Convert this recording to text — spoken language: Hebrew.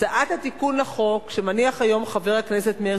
הצעת התיקון לחוק שמניח היום חבר הכנסת מאיר